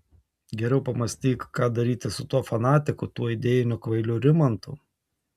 geriau pamąstyk ką daryti su tuo fanatiku tuo idėjiniu kvailiu rimantu